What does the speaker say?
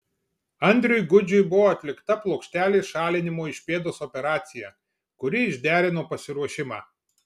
andriui gudžiui buvo atlikta plokštelės šalinimo iš pėdos operacija kuri išderino pasiruošimą